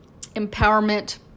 empowerment